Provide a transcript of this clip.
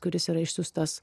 kuris yra išsiųstas